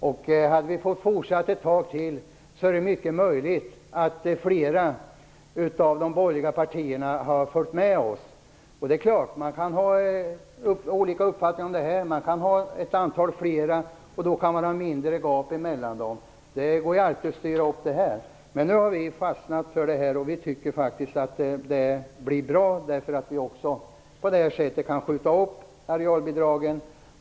Om vi hade fått fortsätta ett tag till är det mycket möjligt att flera av de borgerliga partierna hade följt med oss. Man kan ha olika uppfattningar om detta. Man kan ha ett större antal. Då kan det vara ett mindre gap emellan dem. Det går alltid att styra upp detta. Nu har vi fastnat för det här. Vi tycker faktiskt att det blir bra. På det här sättet kan vi också skjuta upp arealbidragen.